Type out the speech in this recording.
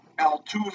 Altuve